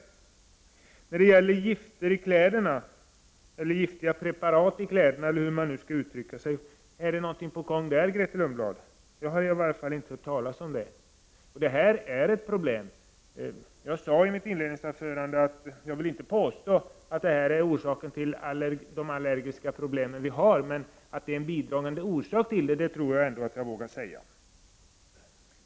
Är någonting på gång, Grethe Lundblad, när det gäller gifter i kläderna — eller giftiga preparat i kläderna, eller hur man nu skall uttrycka det? Jag har i varje fall inte hört talas om det. Detta är ett problem. I mitt inledningsanförande sade jag att jag inte vill påstå att detta är orsaken till de allergiska problem vi har. Men att det är en bidragande orsak till dem tror jag ändå att jag vågar säga.